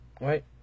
right